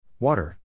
Water